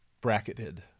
bracketed